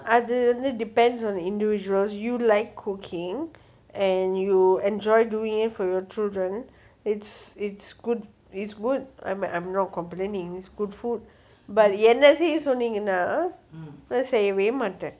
அது வந்து:athu vanthu depends on the individual's you like cooking and you enjoy doing it for your children it's it's good it's good I'm not complaining is good food but என்ன செய்ய சொன்னிங்கனா நா செய்யவே மாட்டேன்:enna seiya sonningana naa seiyave maathen